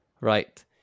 right